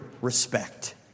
respect